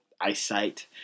eyesight